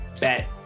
bet